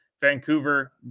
Vancouver